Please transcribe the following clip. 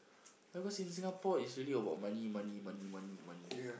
ever since Singapore is really about money money money money money